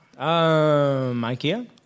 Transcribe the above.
Ikea